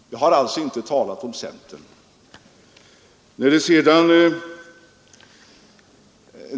Jag har alltså inte talat om centern.